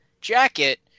jacket